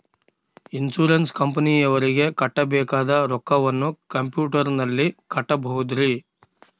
Insurance ಕಂಪನಿಯವರಿಗೆ ಕಟ್ಟಬೇಕಾದ ರೊಕ್ಕವನ್ನು ಕಂಪ್ಯೂಟರನಲ್ಲಿ ಕಟ್ಟಬಹುದ್ರಿ?